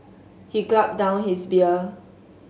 he gulped down his beer